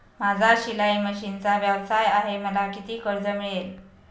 माझा शिलाई मशिनचा व्यवसाय आहे मला किती कर्ज मिळेल?